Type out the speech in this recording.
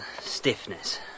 stiffness